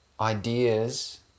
ideas